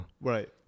Right